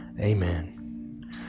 Amen